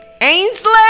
Ainsley